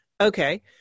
Okay